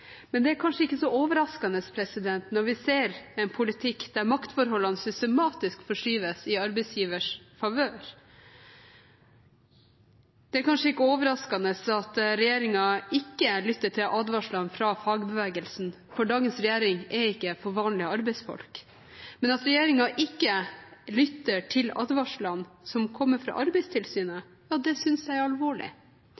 Men det er kanskje ikke så overraskende når vi ser en politikk der maktforholdene systematisk forskyves i arbeidsgivers favør. Det er kanskje ikke overraskende at regjeringen ikke lytter til advarslene fra fagbevegelsen, for dagens regjering er ikke for vanlige arbeidsfolk. Men at regjeringen ikke lytter til advarslene som kommer fra Arbeidstilsynet,